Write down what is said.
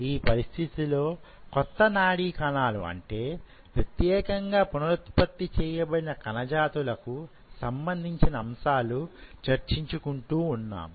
ఈ పరిస్థితిలో కొత్త నాడీ కణాలు అంటే ప్రత్యేకంగా పునరుత్పత్తి చేయ బడిన కణ జాతులు కు సంబంధించిన అంశాలు చర్చించు కుంటూ ఉన్నాం